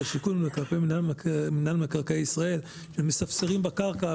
השיכון וכלפי מינהל מקרקעי ישראל שמספסרים בקרקע,